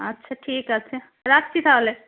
আচ্ছা ঠিক আছে রাখছি তাহলে